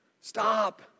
Stop